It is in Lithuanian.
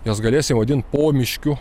jas galėsim vadint pomiškiu